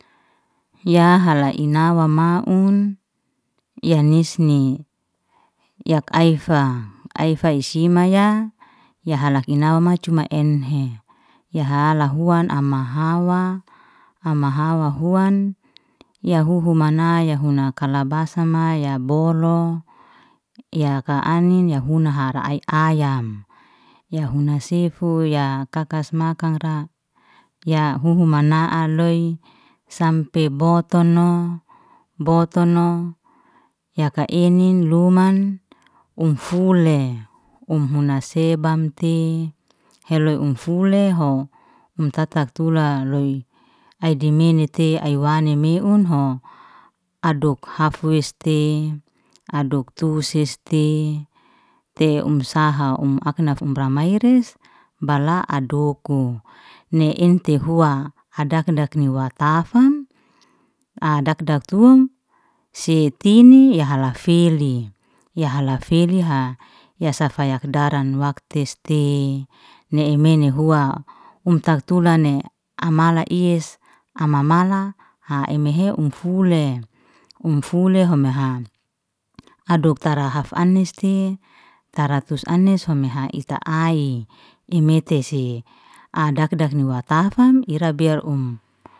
Ya hala inawa maun, ya nismi yak aifa, aifai simaya, ya halak inawama cuma enhe. Ya hala huan ama hawa, ama hawa huan, ya huhu manaya huna kalabasama ya boro, yaka anin ya una hara ai ayam. Ya huna sefu, ya kakas makara, ya huhu mana'aloy sampe botono botono yaka enin luman, um fule um huna sebamte heloy um fule ho um tatatulaloy, ai dimenite ai wani meun ho aduk hafiste, aduk tusiste te um saha um aknaf um ramai'ris bala adoku, ni entihua adakcadakni watafam, adadak tuam, setini ya halafeli, ya halafeli ya safayakdaran waktestei, ne menihua, um taktula ne amala iyes, amamala ha emehe um fule, um fule hamaha. Adok tarahaf aniste tara tusanis humeha ita ai, imetese adakdakni watafam ira biar um.